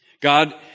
God